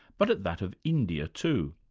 but at that of india, too.